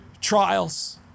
trials